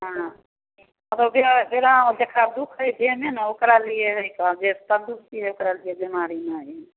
हँ जकरा दुख हइ जेहने ने ओकरालिए जेहने जे सब दुखी हइ ओकरालिए बेमारी नहि हइ